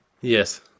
Yes